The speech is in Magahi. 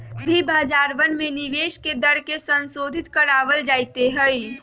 सभी बाजारवन में निवेश के दर के संशोधित करावल जयते हई